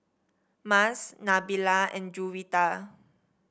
Mas Nabila and Juwita